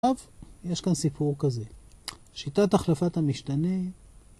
עכשיו יש כאן סיפור כזה, שיטת החלפת המשתנה.